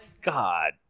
God